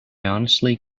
honestly